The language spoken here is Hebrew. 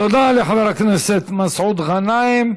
תודה לחבר הכנסת מסעוד גנאים.